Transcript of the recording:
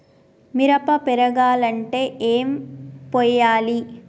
మిరప పెరగాలంటే ఏం పోయాలి?